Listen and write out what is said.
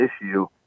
issue